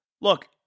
look